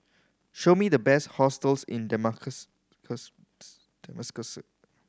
show me the best hotels in Damascus